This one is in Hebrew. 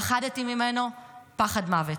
פחדתי ממנו פחד מוות".